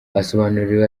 basobanuriwe